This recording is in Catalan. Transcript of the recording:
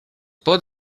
pot